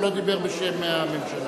הוא לא דיבר בשם הממשלה.